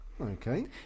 okay